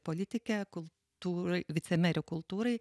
politikę kultūrai vicemerė kultūrai